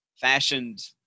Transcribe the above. fashioned